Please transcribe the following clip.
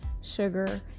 sugar